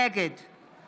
נגד